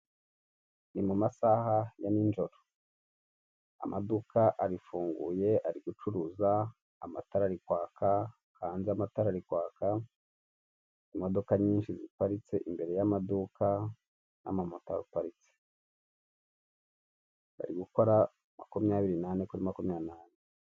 Ni mumasaha ya nijoro, amaduka arafunguye ari gucuruza , amatara ari kwaka, hanze amatara ari kwaka, imodoka nyinshi ziparitse imbere yamaduka, namamoto araparitse. bari gukora makumyabiri nane kuri makumyabiri nane.